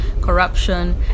corruption